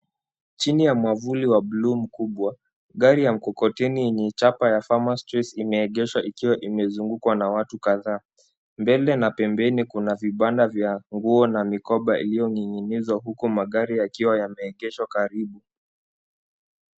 Chini ya mwavuli wa bluu mkubwa, gari ya mkokoteni yenye chapa ya Farmer's Choice imeegeshwa ikiwa imezungukwa na watu kadhaa. Mbele na pembeni kuna vibanda vya nguo na mikoba iliyoning'inizwa huku magari yakiwa yameegeshwa karibu.